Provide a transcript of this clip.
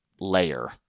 layer